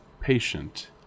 patient